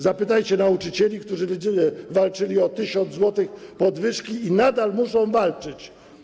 Zapytajcie nauczycieli, którzy walczyli o tysiąc złotych podwyżki i nadal muszą walczyć.